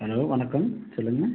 hello வணக்கம் சொல்லுங்கள்